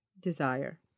desire